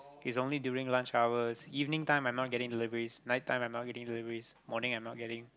is only during lunch hours evening time I'm not getting deliveries night time I'm not getting deliveries morning I'm not getting